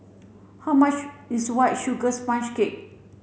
how much is white sugar sponge cake